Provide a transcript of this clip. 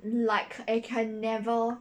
like I can never